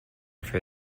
for